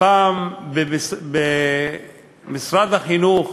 פעם משרד החינוך